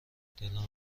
دلم